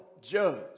judge